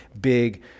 big